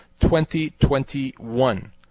2021